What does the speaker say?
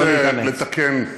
נא לצאת.